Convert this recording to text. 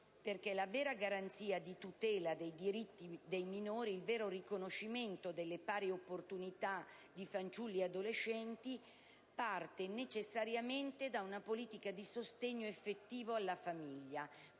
perché la vera garanzia di tutela dei diritti dei minori, il vero riconoscimento delle pari opportunità di fanciulli ed adolescenti parte necessariamente da una politica di sostegno effettivo alla famiglia.